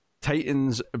Titans